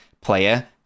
player